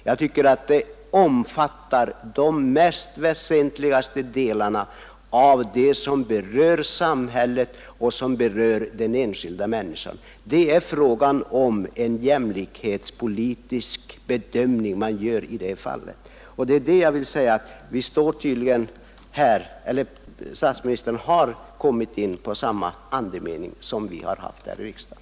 Jag tycker att det omfattar de mest väsentliga delarna av det som berör samhället och den enskilda människan. Det är fråga om en jämlikhetspolitisk bedömning. Statsministern har tydligen kommit fram till samma andemening som vi har givit uttryck för i riksdagen.